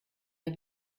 der